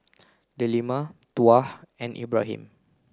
Delima Tuah and Ibrahim